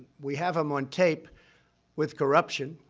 we have him on tape with corruption.